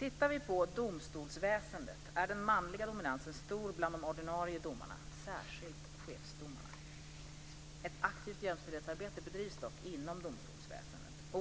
Inom domstolsväsendet är den manliga dominansen stor bland de ordinarie domarna, särskilt chefsdomarna. Ett aktivt jämställdhetsarbete bedrivs dock inom domstolsväsendet.